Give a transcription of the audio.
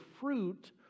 fruit